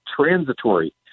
transitory